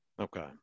Okay